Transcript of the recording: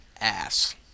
ass